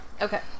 Okay